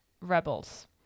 Rebels